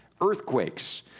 earthquakes